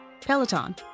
Peloton